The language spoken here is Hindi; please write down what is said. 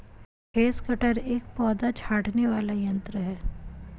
हैज कटर एक पौधा छाँटने वाला यन्त्र है